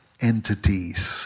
entities